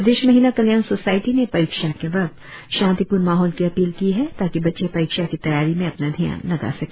प्रदेश महिला कल्याण सोसायति ने परीक्षा के वक्त शांतीपूर्ण माहौल की अपील की है ताकि बच्चे परीक्षा की तैयारी में अपना ध्यान लगा सके